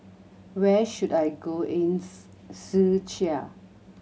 where should I go in Czechia